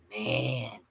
man